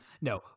no